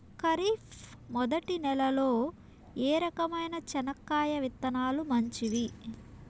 ఖరీఫ్ మొదటి నెల లో ఏ రకమైన చెనక్కాయ విత్తనాలు మంచివి